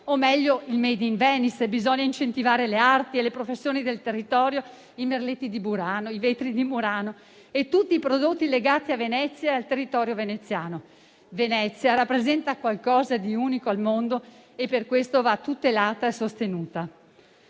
o, meglio, il *made in Venice*. Bisogna incentivare le arti e le professioni del territorio: i merletti di Burano, i vetri di Murano e tutti i prodotti legati a Venezia e al territorio veneziano. Venezia rappresenta qualcosa di unico al mondo e per questo va tutelata e sostenuta.